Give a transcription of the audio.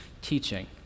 teaching